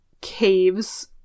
caves